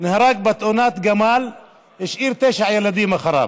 נהרג בתאונת גמל, והשאיר תשעה ילדים אחריו.